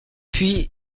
puis